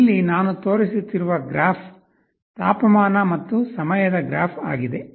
ಇಲ್ಲಿ ನಾನು ತೋರಿಸುತ್ತಿರುವ ಗ್ರಾಫ್ ತಾಪಮಾನ ಮತ್ತು ಸಮಯದ ಗ್ರಾಫ್ ಆಗಿದೆ